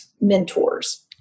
mentors